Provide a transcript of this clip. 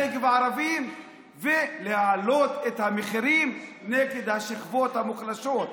לפגוע בתושבי הנגב הערבים ולהעלות את המחירים נגד השכבות מוחלשות.